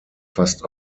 fast